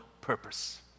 purpose